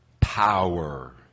power